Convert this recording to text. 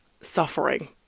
suffering